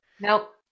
nope